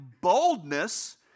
boldness